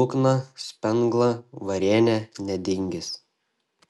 lukna spengla varėnė nedingis